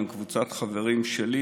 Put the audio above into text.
עם קבוצת חברים שלי,